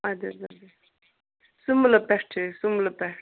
ادٕ حظ ادٕ حظ سُملہِ پٮ۪ٹھ چھِ أسۍ سُملہٕ پٮ۪ٹھ